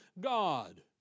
God